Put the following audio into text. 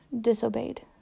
Disobeyed